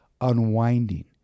unwinding